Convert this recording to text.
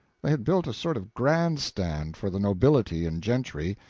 they had built a sort of grand stand for the nobility and gentry,